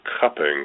cupping